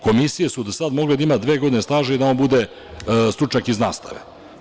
Komisije su do sada mogle da imaju dve godine staža i da on bude stručnjak iz nastave.